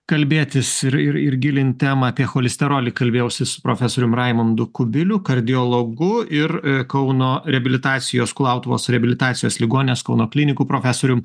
kalbėtis ir ir ir gilint temą apie cholesterolį kalbėjausi su profesorium raimundu kubiliu kardiologu ir kauno reabilitacijos kulautuvos reabilitacijos ligoninės kauno klinikų profesorium